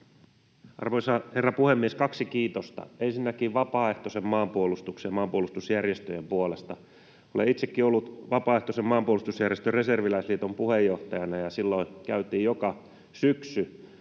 Arvoisa herra puhemies! Kaksi kiitosta: Ensinnäkin vapaaehtoisen maanpuolustuksen ja maanpuolustusjärjestöjen puolesta. Olen itsekin ollut vapaaehtoisen maanpuolustusjärjestön, Reserviläisliiton, puheenjohtajana, ja silloin käytiin joka syksy